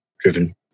driven